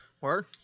Word